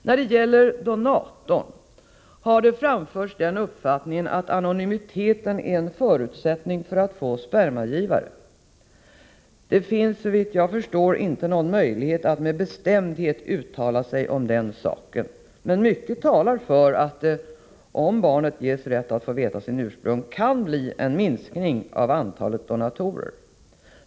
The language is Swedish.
När det gäller donatorn har den uppfattningen framförts att anonymiteten är en förutsättning för att få spermagivare. Det finns såvitt jag förstår ingen möjlighet att med bestämdhet uttala sig om den saken. Men mycket talar för att det, om barnet ges rätt att få veta sitt ursprung, kan bli en minskning av antalet donatorer.